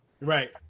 Right